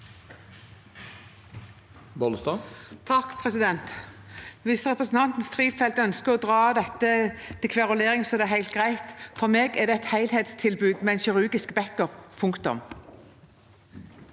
Hvis re- presentanten Strifeldt ønsker å dra dette til kverulering, er det helt greit. For meg er det et helhetstilbud med en kirurgisk backup